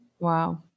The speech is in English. Wow